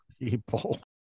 People